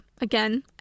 again